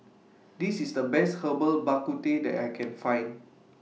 This IS The Best Herbal Bak Ku Teh that I Can Find